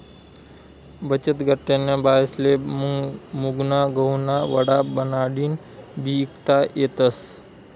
बचतगटन्या बायास्ले मुंगना गहुना वडा बनाडीन बी ईकता येतस